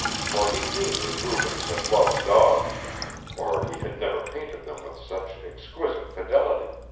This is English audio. for he knew that rubens had loved dogs or he had never painted them with such exquisite fidelity